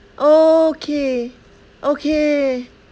okay okay